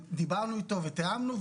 דיברנו איתו ותיאמנו,